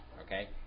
Okay